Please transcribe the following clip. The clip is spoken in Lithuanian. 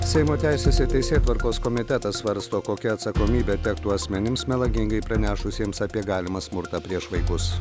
seimo teisės ir teisėtvarkos komitetas svarsto kokia atsakomybė tektų asmenims melagingai pranešusiems apie galimą smurtą prieš vaikus